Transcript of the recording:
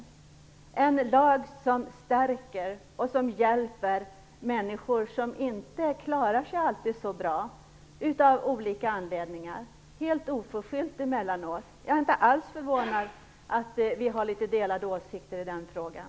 Det är en lag som stärker och hjälper människor som inte alltid klarar sig så bra av olika anledningar, emellanåt helt oförskyllt. Jag är inte alls förvånad att vi har litet delade åsikter i den frågan.